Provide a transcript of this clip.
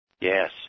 Yes